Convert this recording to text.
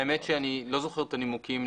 האמת היא שאני לא זוכר את הנימוקים